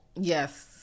Yes